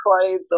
clothes